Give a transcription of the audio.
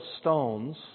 stones